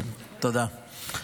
תודה.